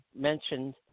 mentioned